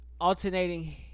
alternating